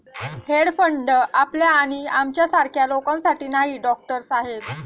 hedge fund आपल्या आणि आमच्यासारख्या लोकांसाठी नाही, डॉक्टर साहेब